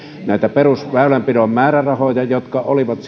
näitä perusväylänpidon määrärahoja jotka olivat